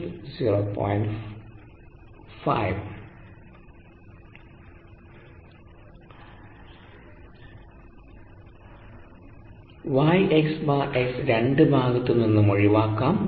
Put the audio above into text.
YxS രണ്ടു ഭാഗത്തു നിന്നും ഒഴിവാക്കാം